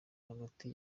hagati